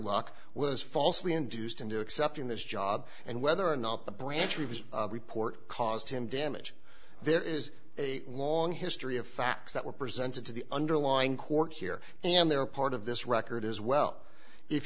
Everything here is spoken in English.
locke was falsely induced into accepting this job and whether or not the branch review report caused him damage there is a long history of facts that were presented to the underlying court here and they're part of this record as well if